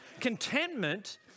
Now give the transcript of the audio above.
Contentment